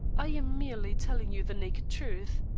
i am merely telling you the naked truth.